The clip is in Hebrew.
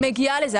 אני מגיעה לזה.